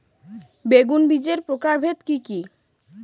বেগুন বীজের প্রকারভেদ কি কী?